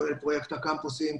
כולל פרויקט הקמפוסים,